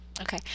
Okay